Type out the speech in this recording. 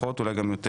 אולי גם יותר